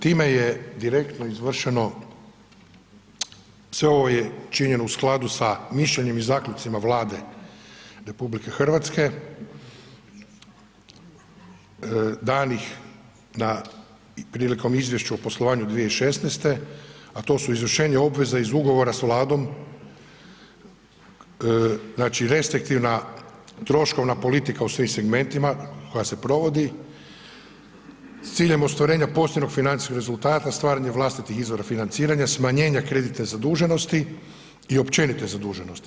Time je direktno izvršeno, sve ovo je činjeno u skladu sa mišljenjem i zaključcima Vlade RH, danih na prilikom izvješća o poslovanju 2016., a to su izvršenje obveza iz ugovora s Vladom, znači restriktivna troškovna politika u svim segmentima koja se provodi s ciljem ostvarenja posebnog financijskog rezultata, stvaranje vlastitih izvora financiranja, smanjenja kreditne zaduženosti i općenite zaduženosti.